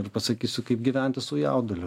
ir pasakysiu kaip gyventi su jauduliu